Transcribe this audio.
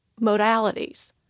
modalities